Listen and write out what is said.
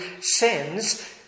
sins